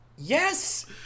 Yes